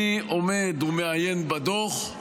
אני עומד ומעיין בדוח,